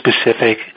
specific